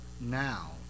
now